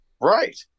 Right